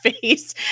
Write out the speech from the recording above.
face